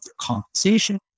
compensation